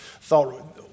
thought